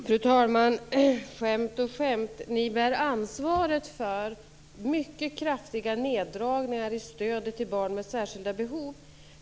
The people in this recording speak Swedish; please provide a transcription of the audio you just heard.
Fru talman! Skämt och skämt. Ni bär ansvaret för mycket kraftiga neddragningar av stödet till barn med särskilda behov.